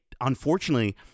unfortunately